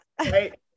Right